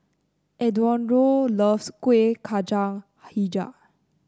Eduardo loves Kueh Kacang hijau